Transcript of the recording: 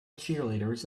cheerleaders